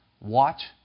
Watch